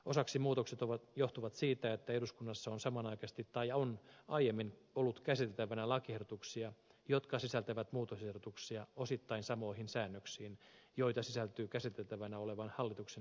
osaksi muutokset johtuvat siitä että eduskunnassa on samanaikaisesti tai on aiemmin ollut käsiteltävänä lakiehdotuksia jotka sisältävät muutosehdotuksia osittain samoihin säännöksiin joita sisältyy käsiteltävänä olevaan hallituksen esitykseen